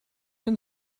bin